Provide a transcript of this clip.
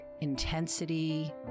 intensity